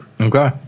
Okay